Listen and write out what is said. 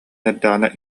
эрдэҕинэ